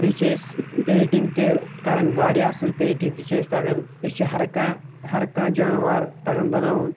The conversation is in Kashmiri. بیٚیہِ چھِ أسۍ پینٛٹِنٛگ تہِ کَران واریاہ اَصٕل پینٹِنٛگ تہِ چھِ أسۍ تَگان أسۍ چھِ ہرکانٛہہ ہرکانٛہہ جانوار تَگان بَناوُن